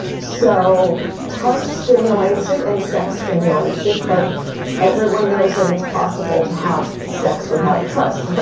so touch stimulates it and sex stimulates it, but everyone knows that it's possible to have sex without trust, but